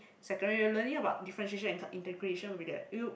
secondary we are learning about differentiation and cal~ integration will be there you